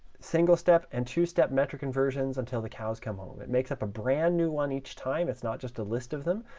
single step and two step metric conversions until the cows come home. it makes up a brand new one each time. it's not just a list of them,